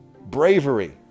bravery